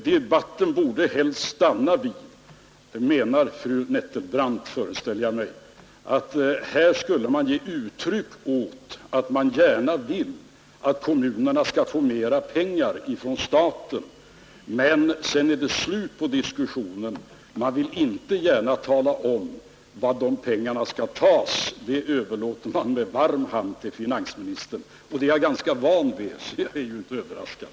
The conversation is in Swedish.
Debatten borde helst, föreställer jag mig att fru Nettelbrandt menar, stanna vid att man skulle ge uttryck åt att man gärna vill att kommunerna skall få mera pengar från staten, men sedan skall det vara slut på diskussionen. Man vill inte gärna tala om var de pengarna skall tas. Det överlåter man med varm hand åt finansministern. Det är jag van vid och är därför inte överraskad.